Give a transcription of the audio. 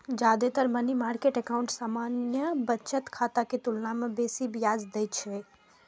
जादेतर money market account सामान्य बचत खाता के तुलना मे बेसी ब्याज दै छै